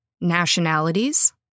nationalities